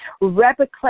replicate